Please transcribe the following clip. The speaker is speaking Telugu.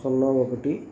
సున్నా ఒకటి